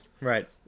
right